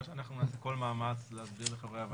אנחנו נעשה כל מאמץ להסביר לחברי הוועדה